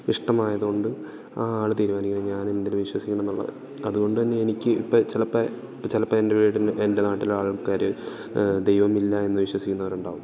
ഇഷ്ടമായത് കൊണ്ട് ആ ആള് തീരുമാനിക്കണം ഞാനെന്തില് വിശ്വസിക്കണം എന്നുള്ളത് അതുകൊണ്ട് തന്നെ എനിക്കിപ്പം ചിലപ്പം ചിലപ്പം എൻ്റെൻ വീടിന് എൻ്റെ നാട്ടിലെ ആൾക്കാര് ദൈവമില്ലായെന്ന് വിശ്വസിക്കുന്നവരുണ്ടാകും